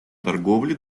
торговли